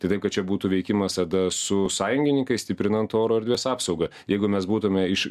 tai taip kad čia būtų veikimas tada su sąjungininkais stiprinant oro erdvės apsaugą jeigu mes būtume iš